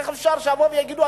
איך אפשר שיבואו ויגידו,